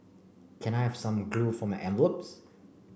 can I have some glue for my envelopes